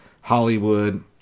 hollywood